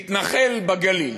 מתנחל בגליל.